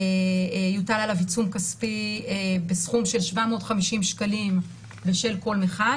יוטל עליו עיצום כספי בסכום של 750 שקלים בשל כל מכל,